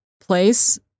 place